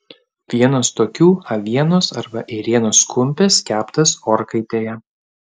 vienas tokių avienos arba ėrienos kumpis keptas orkaitėje